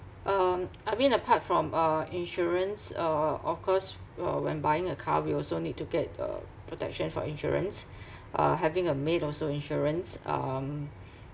um I mean apart from uh insurance uh of course uh when buying a car we also need to get uh protection for insurance uh having a maid also insurance um